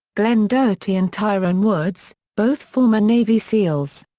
glen doherty and tyrone woods, both former navy seals.